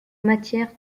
matière